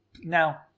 Now